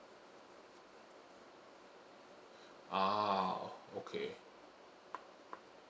ah okay